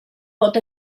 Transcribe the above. pot